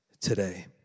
today